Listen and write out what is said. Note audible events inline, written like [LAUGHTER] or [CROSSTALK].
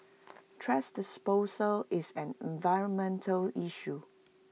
[NOISE] thrash disposal is an environmental issue